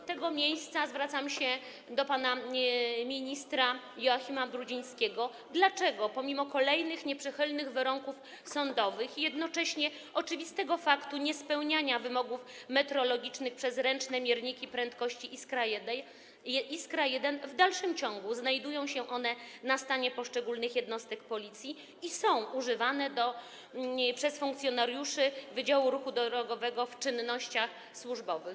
Z tego miejsca zwracam się do pana ministra Joachima Brudzińskiego: Dlaczego pomimo kolejnych nieprzychylnych wyroków sądowych, oczywistego faktu niespełniania wymogów metrologicznych przez ręczne mierniki prędkości Iskra-1 w dalszym ciągu znajdują się one na stanie poszczególnych jednostek Policji i są używane przez funkcjonariuszy wydziału ruchu drogowego w czynnościach służbowych?